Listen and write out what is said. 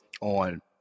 on